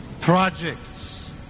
projects